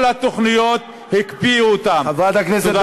כל התוכניות, הקפיאו אותן.